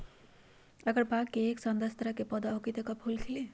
अगर बाग मे एक साथ दस तरह के पौधा होखि त का फुल खिली?